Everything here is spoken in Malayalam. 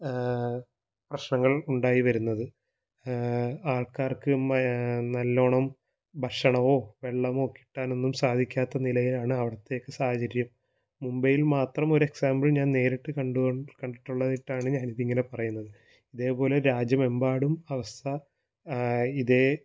പ്രശ്നങ്ങള് ഉണ്ടായിവരുന്നത് ആള്ക്കാര്ക്ക് നല്ലവണ്ണം ഭക്ഷണമോ വെള്ളമോ കിട്ടാനൊന്നും സാധിക്കാത്ത നിലയിലാണ് അവിടത്തെയൊക്കെ സാഹചര്യം മുംബൈയില് മാത്രമൊരു എക്സാമ്പിള് ഞാന് നേരിട്ട് കണ്ടിട്ടുള്ളതായിട്ടാണ് ഞാനിതിങ്ങനെ പറയുന്നത് ഇതേപോലെ രാജ്യമെമ്പാടും അവസ്ഥ ഇതേ